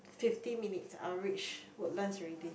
fifty minutes I'll reach Woodlands already